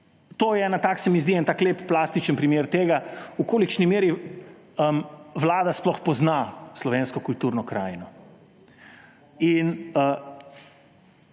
To je en tak lep, plastičen primer tega, v kolikšni meri vlada sploh pozna slovensko kulturo krajino.